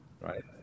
Right